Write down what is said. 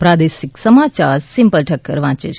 પ્રાદેશિક સમાચાર સિમ્પલ ઠક્કર વાંચે છે